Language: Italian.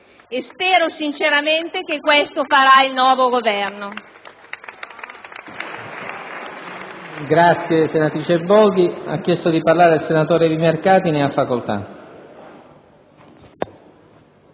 Spero sinceramente che questo farà il nuovo Governo.